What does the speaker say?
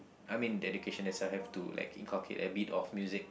I mean education itself have to like inculcated a bit of music